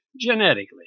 genetically